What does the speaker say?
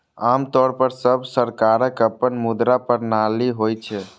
आम तौर पर सब सरकारक अपन मुद्रा प्रणाली होइ छै